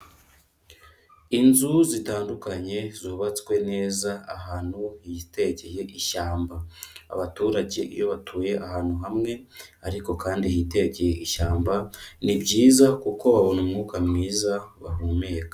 Inzu zitandukanye, zubatswe neza ahantu yitegeye ishyamba. aAbaturage iyo batuye ahantu hamwe ariko kandi hitegeye ishyamba, ni byizay kuko babona umwuka mwiza bahumeka.